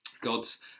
God's